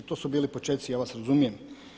To su bili počeci, ja vas razumijem.